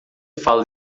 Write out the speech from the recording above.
fala